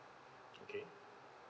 okay